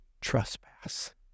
trespass